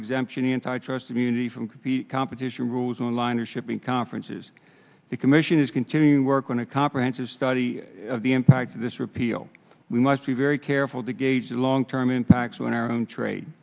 exemption antitrust immunity from compete competition rules online or shipping conferences the commission is continuing work on a comprehensive study of the impact of this repeal we must be very careful to gauge the long term impacts on our own trade